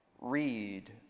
read